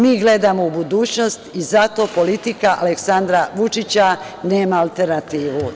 Mi gledamo u budućnost i zato politika Aleksandra Vučića nema alternativu.